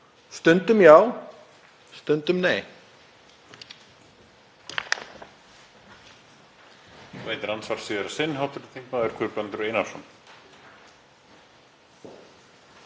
Stundum já. Stundum nei.